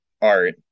art